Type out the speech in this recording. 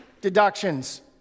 deductions